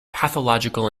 pathological